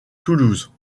toulouse